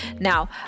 Now